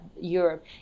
Europe